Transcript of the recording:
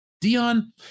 Dion